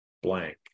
blank